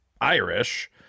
Irish